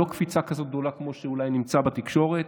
לא קפיצה כזאת גדולה כמו שאולי נמצא בתקשורת.